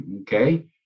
okay